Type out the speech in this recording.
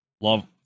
love